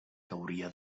cauria